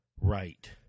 right